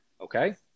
okay